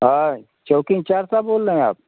हाँ चौकिंग चार से आप बोल रहे हैं आप